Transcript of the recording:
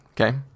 okay